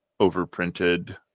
overprinted